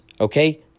Okay